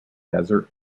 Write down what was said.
desert